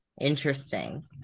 interesting